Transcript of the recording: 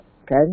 Okay